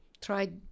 Tried